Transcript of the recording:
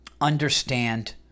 understand